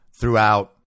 throughout